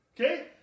Okay